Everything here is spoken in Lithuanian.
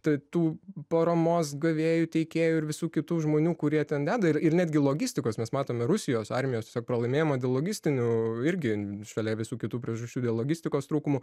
tai tų paramos gavėjų teikėjų ir visų kitų žmonių kurie ten deda ir ir netgi logistikos mes matome rusijos armijos tiesiog pralaimėjimą dėl logistinių irgi šalia visų kitų priežasčių dėl logistikos trūkumų